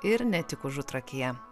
ir ne tik užutrakyje